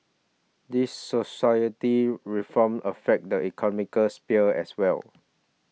these society reforms affect the sphere as well